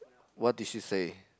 what did she say